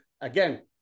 again